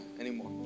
anymore